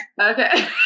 Okay